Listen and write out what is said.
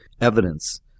evidence